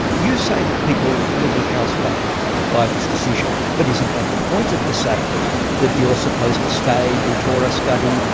you say that people will be housebound by this decision. but isn't that the point of the sabbath? that you're supposed to stay, do torah, study,